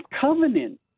covenant